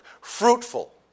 fruitful